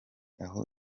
aho